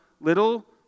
little